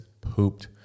pooped